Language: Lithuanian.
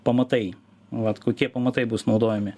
pamatai vat kokie pamatai bus naudojami